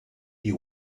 you